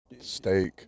Steak